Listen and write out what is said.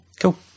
cool